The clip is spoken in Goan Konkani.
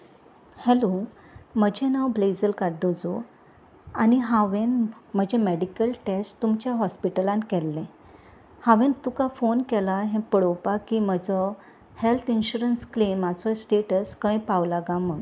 हॅलो म्हजें नांव ब्लेझल कार्दोजो आनी हांवें म्हजें मॅडिकल टॅस्ट तुमच्या हॉस्पिटलांत केल्लें हांवें तुका फोन केला हें पळोवपाक की म्हजो हेल्त इन्शुरंस क्लेमाचो स्टेटस खंय पावला काय म्हूण